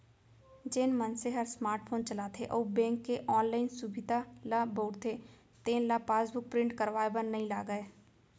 जेन मनसे हर स्मार्ट फोन चलाथे अउ बेंक के ऑनलाइन सुभीता ल बउरथे तेन ल पासबुक प्रिंट करवाए बर नइ लागय